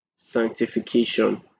sanctification